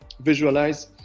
visualize